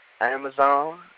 Amazon